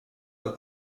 the